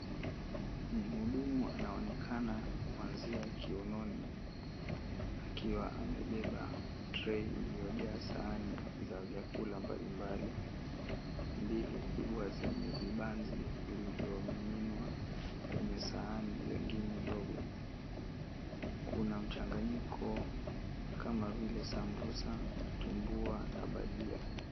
Mhudumu anaonekana kuanzia kiunoni akiwa amebeba tray iliyojaa sahani za vyakula mbalimbali, mbili kubwa zenye vibanzi vilivyomiminwa kwenye sahani lingine ndogo. Kuna mchanganyiko kama vile sambusa, vitumbua na bhajia.